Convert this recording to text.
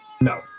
no